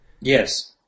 Yes